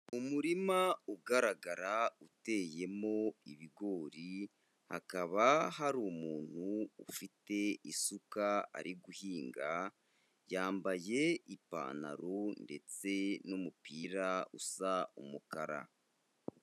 Umurima ugaragara, uteyemo ibigori, hakaba hari umuntu ufite isuka ari guhinga, yambaye ipantaro ndetse n'umupira usa umukara.